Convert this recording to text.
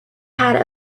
had